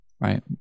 right